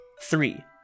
three